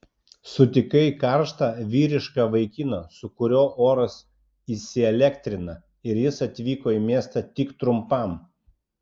sutikai karštą vyrišką vaikiną su kuriuo oras įsielektrina ir jis atvyko į miestą tik trumpam